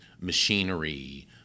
machinery